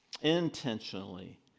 intentionally